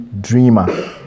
dreamer